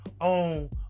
on